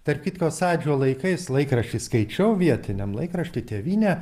tarp kitko sąjūdžio laikais laikrašty skaičiau vietiniam laikrašty tėvynė